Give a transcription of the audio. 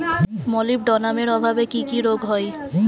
মলিবডোনামের অভাবে কি কি রোগ হয়?